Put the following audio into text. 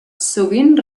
sovint